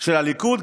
של הליכוד,